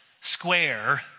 square